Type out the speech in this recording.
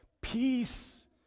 peace